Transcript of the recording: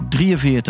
43